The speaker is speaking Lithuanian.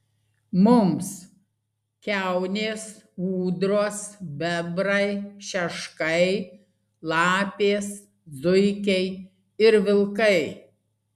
mums kiaunės ūdros bebrai šeškai lapės zuikiai ir vilkai